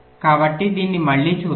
కాబట్టి దాన్ని మళ్ళీ చూద్దాం